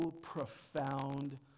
profound